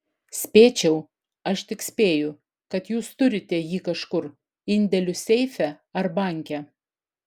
spėčiau aš tik spėju kad jūs turite jį kažkur indėlių seife ar banke